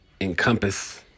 encompass